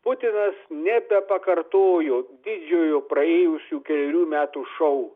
putinas nebepakartojo didžiojo praėjusių kelerių metų šou